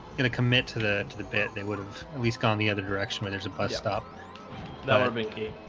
gonna commit to the to the bit they would have at least gone the other direction when there's a bus stop that were vicki